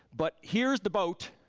but here is the boat.